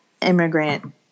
immigrant